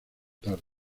tarde